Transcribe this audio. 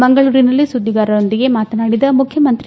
ಮಂಗಳೂರಿನಲ್ಲಿ ಸುದ್ಲಿಗಾರರೊಂದಿಗೆ ಮಾತನಾಡಿದ ಮುಖ್ಯಮಂತ್ರಿ